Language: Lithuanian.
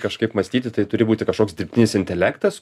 kažkaip mąstyti tai turi būti kažkoks dirbtinis intelektas